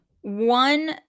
one